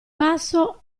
basso